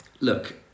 Look